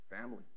family